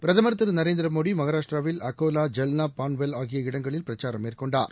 பிரதம் திரு நரேந்திர மோடி மகாராஷ்டிராவில் அக்கோலா ஜால்ளா பான்வெல் ஆகிய இடங்களில் பிரச்சாரம் மேற்கொண்டார்